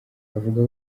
avuga